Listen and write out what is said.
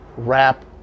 wrap